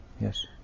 Yes